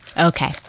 Okay